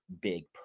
big